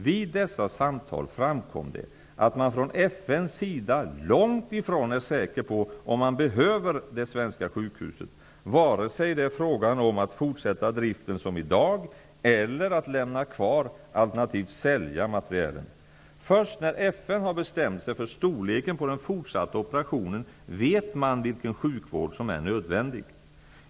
Vid dessa samtal framkom det att man från FN:s sida långt ifrån är säker på om det svenska sjukhuset behövs, vare sig det är fråga om att fortsätta driften som i dag eller att lämna kvar, alternativt sälja, materielen. Först när FN har bestämt sig för storleken på den fortsatta operationen vet man vilken sjukvård som är nödvändig.